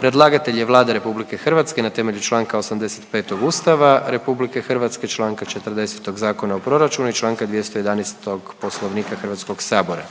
Predlagatelj je Vlada RH na temelju Članka 85. Ustava RH, Članka 40. Zakona o proračunu i Članka 211. Poslovnika Hrvatskog sabora.